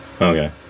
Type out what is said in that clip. Okay